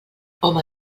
home